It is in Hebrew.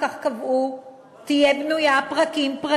כך קבעו: תהיה בנויה פרקים-פרקים,